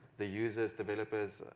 the users, developers,